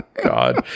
god